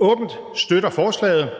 åbent støtter forslaget,